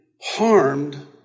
harmed